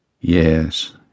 Yes